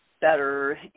better